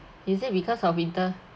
is it because of winter